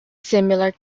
similar